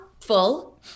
full